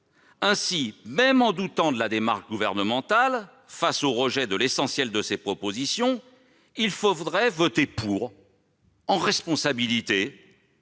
Ainsi, même en doutant de la démarche gouvernementale face au rejet de l'essentiel de nos propositions, il faudrait voter pour, « en responsabilité